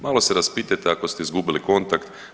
Malo se raspitajte ako ste izgubili kontakt.